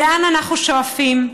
לאן אנחנו שואפים.